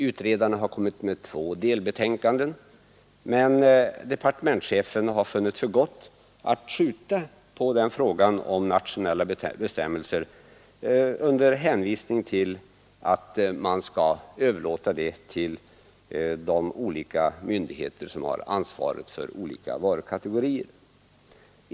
Utredarna har kommit med två delbetänkanden, men departementschefen har funnit det för gott att skjuta på frågan om nationella bestämmelser under hänvisning till att man skall överlåta detta till de myndigheter som har ansvaret för olika varukategorier.